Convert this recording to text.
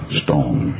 stone